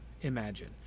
imagine